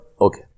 Okay